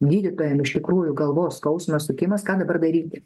gydytojam iš tikrųjų galvos skausmo sukimas ką dabar daryti